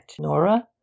Nora